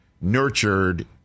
nurtured